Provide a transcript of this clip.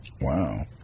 Wow